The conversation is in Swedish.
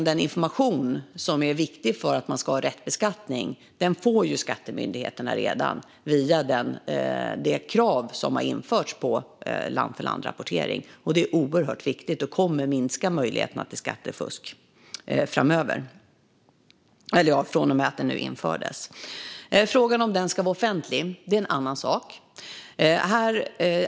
Den information som är viktig för att man ska ha rätt beskattning får skattemyndigheterna redan via det krav på land-för-land-rapportering som har införts. Det är oerhört viktigt och kommer att minska möjligheterna till skattefusk framöver - eller ja, från och med att det infördes. Frågan om rapporteringen ska vara offentlig är en annan sak.